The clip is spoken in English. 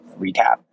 recap